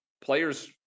players